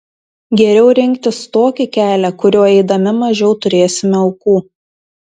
geriau rinktis tokį kelią kuriuo eidami mažiau turėsime aukų